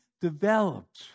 developed